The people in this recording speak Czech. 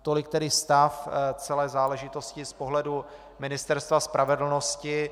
Tolik tedy stav celé záležitosti z pohledu Ministerstva spravedlnosti.